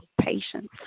patience